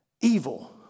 evil